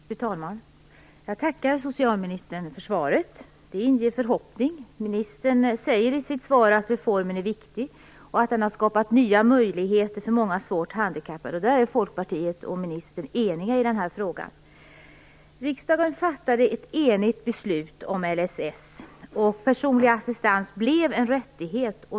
Fru talman! Jag tackar socialministern för svaret. Det inger förhoppning. Ministern säger i sitt svar att reformen är viktig och att den har skapat nya möjligheter för många svårt handikappade. I den frågan är Riksdagen fattade ett enigt beslut om LSS. Personlig assistans blev en rättighet.